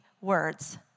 words